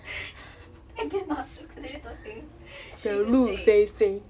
I cannot continue talking shigga shay